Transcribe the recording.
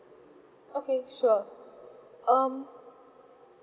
okay sure um